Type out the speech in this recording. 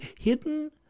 hidden